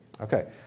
Okay